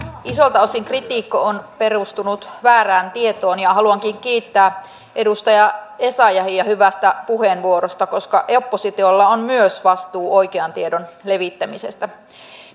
isoilta osin kritiikki on perustunut väärään tietoon ja haluankin kiittää edustaja essayahia hyvästä puheenvuorosta koska oppositiolla on myös vastuu oikean tiedon levittämisestä